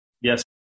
Yes